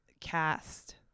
cast